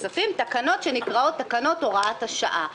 הכספים תקנות שנקראות תקנות הוראת השעה.